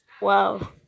wow